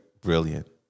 brilliant